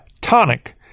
tonic